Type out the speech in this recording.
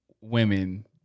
women